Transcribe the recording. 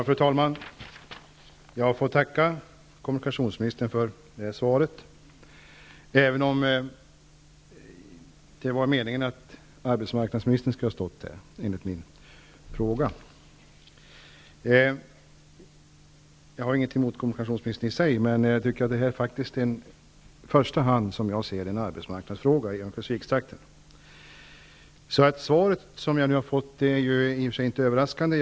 Fru talman! Jag får tacka kommunikationsministern för svaret, även om meningen var att arbetsmarknadsministern skulle ha stått här, eftersom jag hade ställt min fråga till honom. Jag har i och för sig ingenting emot kommunikationsministern, men detta är faktiskt som jag ser det i första hand en fråga som gäller arbetsmarknaden i Örnsköldsvikstrakten. Det svar jag nu har fått är i och för sig inte överraskande.